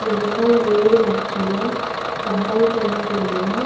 ఎనభై ఏడు లక్షల తొంభై తొమ్మిది వేల